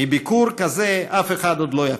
מביקור כזה אף אחד לא יפסיד.